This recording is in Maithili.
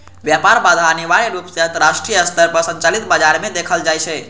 व्यापार बाधा अनिवार्य रूप सं अंतरराष्ट्रीय स्तर पर संचालित बाजार मे देखल जाइ छै